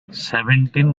seventeen